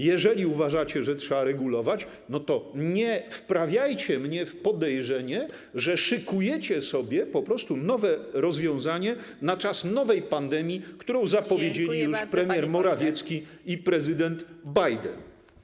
Jeżeli uważacie, że trzeba regulować, no to nie wprawiajcie mnie w podejrzenie, że szykujecie sobie po prostu nowe rozwiązanie na czas nowej pandemii, którą zapowiedzieli już premier Morawiecki i prezydent Biden.